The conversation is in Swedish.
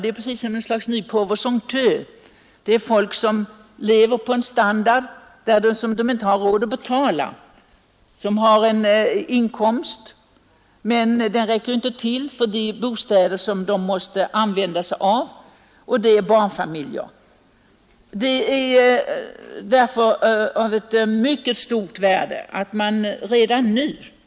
Det är precis som ett nytt slags pauvres honteux, det är folk som lever på en standard som de inte har råd att betala, som har en inkomst som inte räcker till för att betala de bostäder som de måste använda sig av, och det är barnfamiljer.